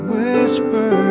Whisper